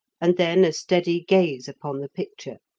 and then a steady gaze upon the picture.